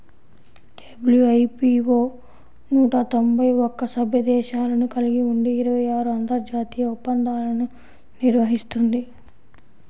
WIPO నూట తొంభై ఒక్క సభ్య దేశాలను కలిగి ఉండి ఇరవై ఆరు అంతర్జాతీయ ఒప్పందాలను నిర్వహిస్తుంది